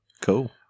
Cool